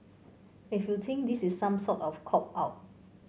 if you think this is some sort of cop out